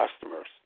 customers